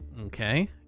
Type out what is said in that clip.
Okay